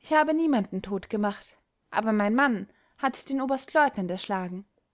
ich habe niemanden totgemacht aber mein mann hat den oberstleutnant erschlagen